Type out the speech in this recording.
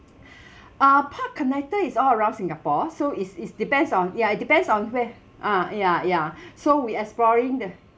uh park connector is all around singapore so is is depends on ya it depends on where ah ya ya so we exploring the